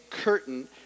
curtain